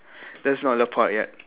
that's not the point yet